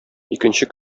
икенче